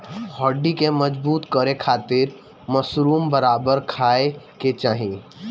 हड्डी के मजबूत करे खातिर मशरूम बराबर खाये के चाही